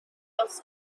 also